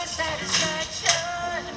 satisfaction